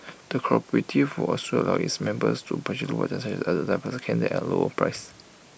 the cooperative would also allow its members to purchase items like adult diapers and catheters at A lower price